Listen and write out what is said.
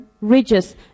ridges